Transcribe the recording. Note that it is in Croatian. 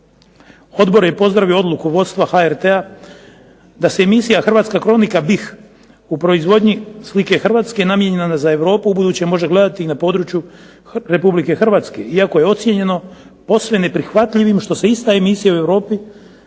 Odbor je pozdravio odluku vodstva HRT-a da se emisija "Hrvatska kronika BIH" u proizvodnji slike Hrvatske namijenjena za Europu ubuduće može gledati na području Republike Hrvatske, iako je ocijenjeno posve neprihvatljivim što se ista emisija u Europi